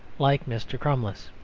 like mr. crummles.